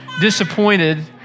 disappointed